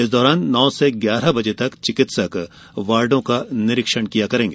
इस दौरान नौ से ग्यारह बजे तक चिकित्सक वार्डों का निरीक्षण करेंगे